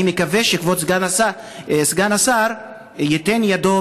אני מקווה שכבוד סגן השר ייתן ידו